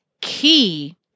key